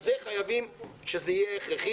צריך למצוא את המקורות כי חינוך הוא ערך.